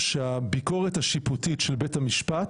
שהביקורת השיפוטית של בית המשפט